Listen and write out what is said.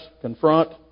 confront